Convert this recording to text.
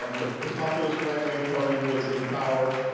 um the the populist right-wing party was in power,